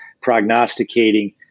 prognosticating